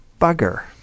bugger